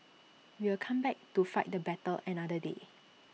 we will come back to fight the battle another day